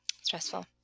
stressful